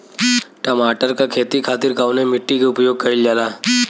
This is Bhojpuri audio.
टमाटर क खेती खातिर कवने मिट्टी के उपयोग कइलजाला?